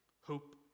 hope